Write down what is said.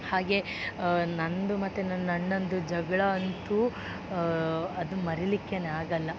ಹಾಗೇ ನನ್ನದು ಮತ್ತು ನನ್ನ ಅಣ್ಣನದು ಜಗಳ ಅಂತು ಅದು ಮರಿಲಿಕ್ಕೆ ಆಗಲ್ಲ